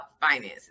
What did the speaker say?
finances